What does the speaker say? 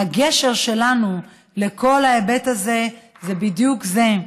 הגשר שלנו לכל ההיבט הזה זה בדיוק זה: